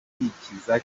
kwikiza